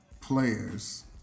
players